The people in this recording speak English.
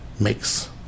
makes